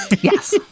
Yes